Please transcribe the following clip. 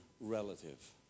relative